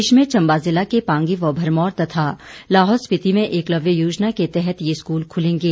प्रदेश में चंबा जिला के पांगी व भरमौर तथा लाहौल स्पीति में एकलव्य योजना के तहत ये स्कूल खुलेंगे